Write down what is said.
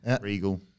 Regal